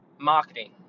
marketing